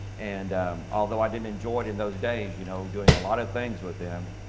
and although i didn't enjoy it in those days, you know doing a lot of things with them.